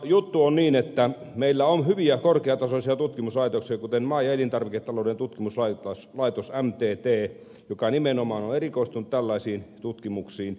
juttu on niin että meillä on hyviä korkeatasoisia tutkimuslaitoksia kuten maa ja elintarviketalouden tutkimuskeskus mtt joka nimenomaan on erikoistunut tällaisiin tutkimuksiin